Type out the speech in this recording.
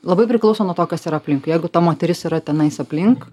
labai priklauso nuo to kas yra aplink jeigu ta moteris yra tenais aplink